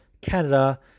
Canada